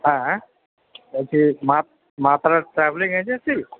হ্যাঁ বলছি মা মা তারা ট্রাভেলিং এজেন্সি